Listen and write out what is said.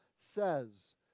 says